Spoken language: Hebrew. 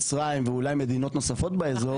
מצרים ואולי מדינות נוספות באזור --- אנחנו